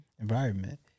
Environment